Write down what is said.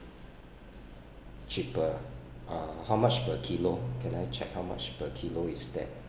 cheaper ah uh how much per kilo can I check how much per kilo is that